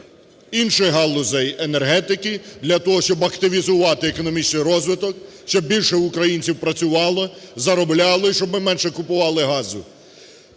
інших галузей енергетики для того, щоб активізувати економічний розвиток, щоб більше українців працювало, заробляли, щоб ми менше купували газу.